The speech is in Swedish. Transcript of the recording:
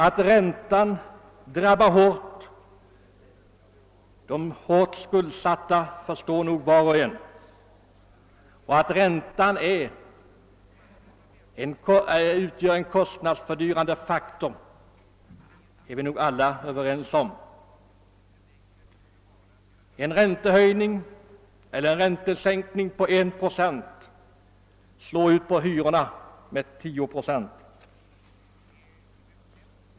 Att räntan hårt drabbar de skuldsatta och utgör en kostnadsfördyrande faktor är vi nog alla överens om. En räntehöjning på 1 procent slår igenom i höjda hyror med 10 procent.